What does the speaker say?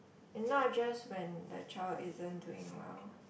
and not just when the child isn't doing well